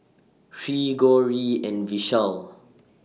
Hri Gauri and Vishal